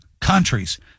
countries